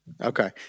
Okay